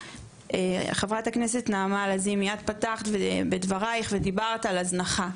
חברת הכנסת נעמה לזימי את פתחת בדבריך ודיברת על הזנחה,